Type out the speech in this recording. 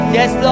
Yes